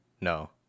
No